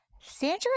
Sandra